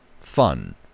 fun